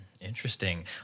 Interesting